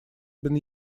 been